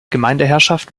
gemeindeherrschaft